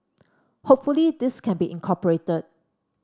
hopefully this can be incorporated